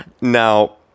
now